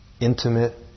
intimate